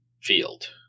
field